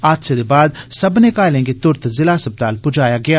हादसे दे बाद सब्बने घायलें गी तुरत ज़िला अस्पताल पजाया गेआ